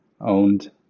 owned